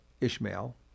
Ishmael